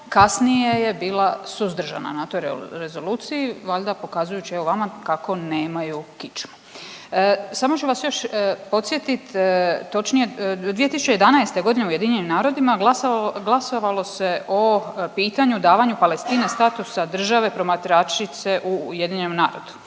kasnije je bila suzdržana na toj Rezoluciji valjda pokazujući evo vama kako nemaju kičmu. Samo ću vas još podsjetit, točnije 2011. godine u Ujedinjenim narodima glasovalo se o pitanju davanju Palestine statusa države promatračice u Ujedinjenom narodu.